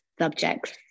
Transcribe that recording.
subjects